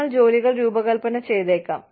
ഞങ്ങൾ ജോലികൾ രൂപകൽപ്പന ചെയ്തേക്കാം